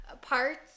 parts